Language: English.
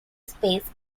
space